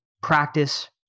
practice